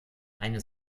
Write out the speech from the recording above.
eine